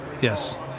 yes